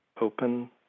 open